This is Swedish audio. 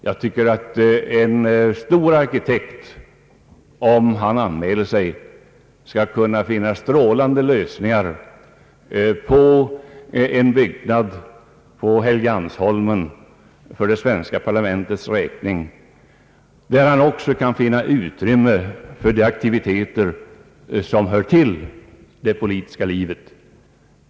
Jag tror att en stor arkitekt, om en sådan anmäler sig, skall kunna finna strålande lösningar till en byggnad på Helgeandsholmen för det svenska parlamentets räkning, där han också skall kunna finna utrymmen för de aktiviteter som hör till det politiska livet.